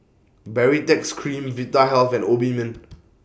Baritex Cream Vitahealth and Obimin